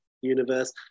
universe